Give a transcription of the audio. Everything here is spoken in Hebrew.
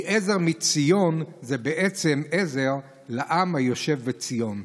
כי עזר מציון זה בעצם עזר לעם היושב בציון.